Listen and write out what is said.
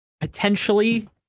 potentially